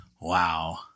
Wow